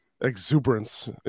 exuberance